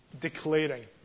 declaring